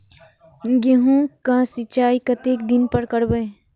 गेहूं का सीचाई कतेक दिन पर करबे?